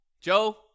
joe